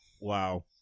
Wow